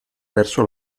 verso